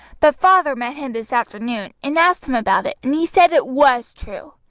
but father met him this afternoon and asked him about it and he said it was true.